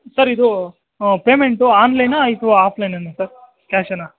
sir ಇದು ಹ್ಞೂ payment ಆನ್ಲೈನ ಇದು ಆಫ್ಲೈನೆನ ಸರ್ ಕ್ಯಾಶೆನ